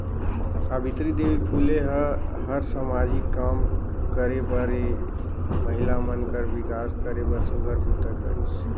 सावित्री देवी फूले ह हर सामाजिक काम करे बरए महिला मन कर विकास करे बर सुग्घर बूता करिस